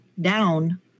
down